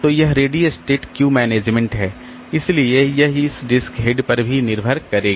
तो यह ready state queue management है इसलिए यह इस डिस्क हेड पर भी निर्भर करेगा